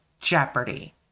jeopardy